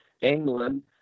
England